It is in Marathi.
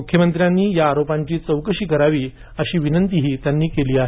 मुख्यमंत्र्यांनी या आरोपांची चौकशी करावी अशी विनंतीही त्यांनी केली आहे